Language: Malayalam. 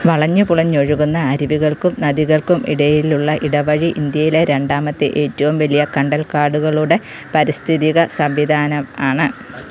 വളഞ്ഞുപുളഞ്ഞൊഴുകുന്ന അരുവികൾക്കും നദികൾക്കും ഇടയിലുള്ള ഇടവഴി ഇൻഡ്യയിലെ രണ്ടാമത്തെ ഏറ്റവും വലിയ കണ്ടൽക്കാടുകളുടെ പാരിസ്ഥിതിക സംവിധാനമാണ്